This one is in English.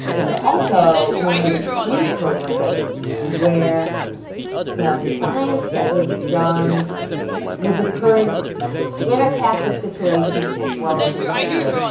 it's also one of the few programs where the science that was done was occurring in a captive situation as well as in the field.